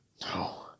No